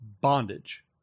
Bondage